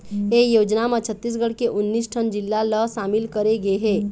ए योजना म छत्तीसगढ़ के उन्नीस ठन जिला ल सामिल करे गे हे